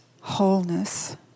wholeness